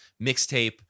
mixtape